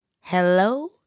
Hello